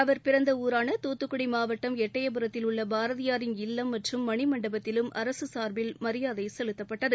அவர் பிறந்த ஊரான தூத்துக்குடி மாவட்டம் எட்டயபுரத்தில் உள்ள பாரதியாரின் இல்லம் மற்றும் மணிமண்டபத்திலும் அரசு சார்பில் மரியாதை செலுத்தப்பட்டது